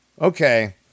Okay